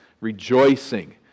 rejoicing